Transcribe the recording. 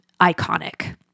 iconic